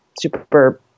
super